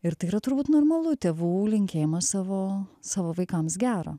ir tai yra turbūt normalu tėvų linkėjimas savo savo vaikams gero